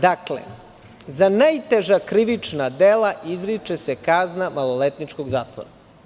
Dakle, za najteža krivična dela izriče se kazna maloletničkog zatvora.